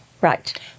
Right